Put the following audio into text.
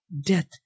death